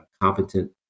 Competent